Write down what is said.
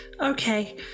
Okay